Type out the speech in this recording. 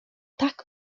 tak